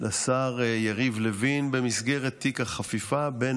לשר יריב לוין במסגרת תיק החפיפה בין